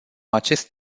acest